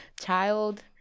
child